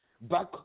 back